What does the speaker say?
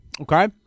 okay